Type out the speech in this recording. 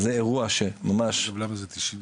אז זה אירוע שממש --- למה זה 90?